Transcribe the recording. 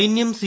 സൈന്യം സി